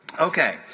Okay